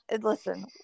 Listen